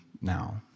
now